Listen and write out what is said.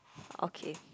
okay